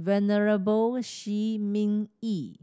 Venerable Shi Ming Yi